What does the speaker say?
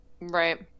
right